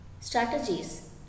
strategies